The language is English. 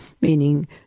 meaning